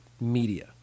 media